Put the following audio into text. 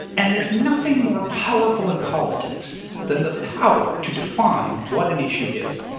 and there's nothing more powerful in politics than the power to define what an issue is.